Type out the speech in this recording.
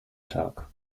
tag